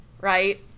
right